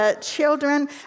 Children